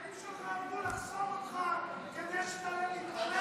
החברים שלך עמדו לחסום אותך כדי שתעלה להתלונן?